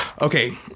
Okay